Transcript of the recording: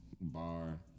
Bar